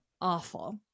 awful